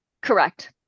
correct